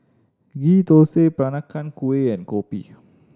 Ghee Thosai Peranakan Kueh and kopi